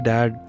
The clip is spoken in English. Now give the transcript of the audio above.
Dad